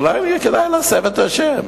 אולי כדאי יהיה להסב את השם?